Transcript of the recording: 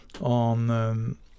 on